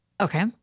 Okay